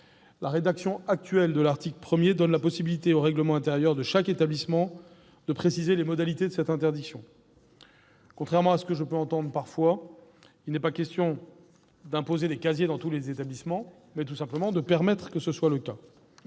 La rédaction actuelle de l'article 1 donne la possibilité au règlement intérieur de chaque établissement de préciser les modalités de cette interdiction. Contrairement à ce qu'il m'est arrivé d'entendre, il n'est pas question d'imposer des casiers dans tous les établissements, mais, tout simplement, de permettre qu'une telle